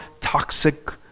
toxic